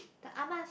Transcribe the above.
the ah ma's